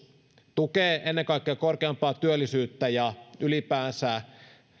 tukee ennen kaikkea korkeampaa työllisyyttä ja ylipäänsä